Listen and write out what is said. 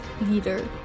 leader